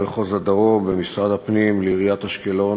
מחוז הדרום במשרד הפנים לעיריית אשקלון,